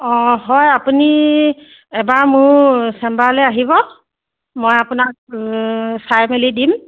অঁ হয় আপুনি এবাৰ মোৰ চেম্বাৰলৈ আহিব মই আপোনাক চাই মেলি দিম